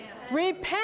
Repent